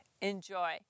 Enjoy